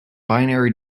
binary